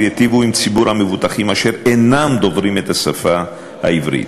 ייטיבו עם ציבור המבוטחים אשר אינם דוברים את השפה העברית.